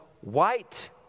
white